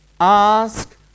ask